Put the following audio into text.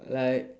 like